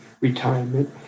retirement